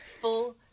full